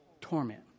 torment